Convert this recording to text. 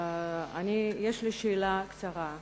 יש לי שאלה קצרה.